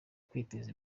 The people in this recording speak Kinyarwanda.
kwiteza